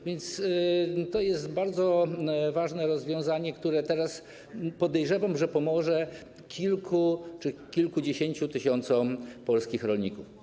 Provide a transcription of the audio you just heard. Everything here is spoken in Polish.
A więc to jest bardzo ważne rozwiązanie, które podejrzewam, że pomoże teraz kilku czy kilkudziesięciu tysiącom polskich rolników.